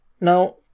Now